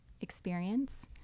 experience